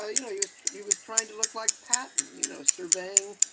ah you know, used to. he was trying to look like patton, you know, surveying,